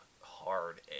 hard